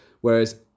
Whereas